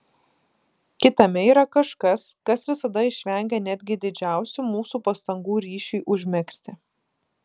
kitame yra kažkas kas visada išvengia netgi didžiausių mūsų pastangų ryšiui užmegzti